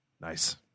Nice